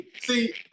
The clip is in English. See